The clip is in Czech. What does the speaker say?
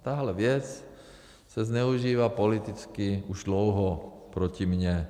Tahle věc se zneužívá politicky už dlouho proti mně.